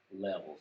levels